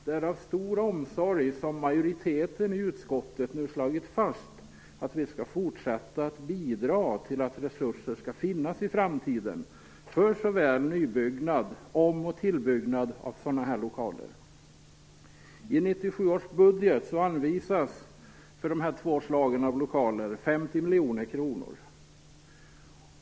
Det är av stor omsorg som majoriteten i utskottet nu har slagit fast att vi skall fortsätta bidra till att resurser i framtiden skall finnas till såväl nybyggnad som om och tillbyggnad av sådana här lokaler. I 1997 års budget anvisas de här två slagen av lokaler 50 miljoner kronor.